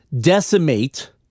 decimate